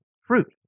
fruit